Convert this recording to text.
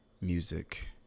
music